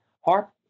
HARP